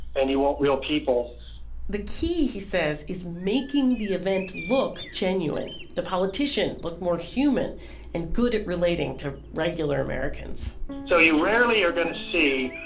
and you want real people the key he says is making the event look genuine, the politician looks more human and good at relating to regular americans so you rarely are going to see,